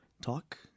talk